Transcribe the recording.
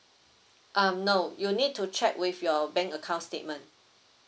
um no you need to check with your bank account statement